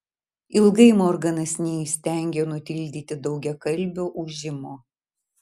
ilgai morganas neįstengė nutildyti daugiakalbio ūžimo